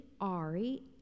Ari